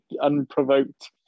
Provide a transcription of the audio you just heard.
unprovoked